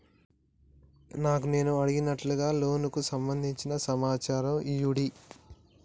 నాకు నేను అడిగినట్టుగా లోనుకు సంబందించిన సమాచారం ఇయ్యండి?